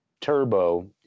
turbo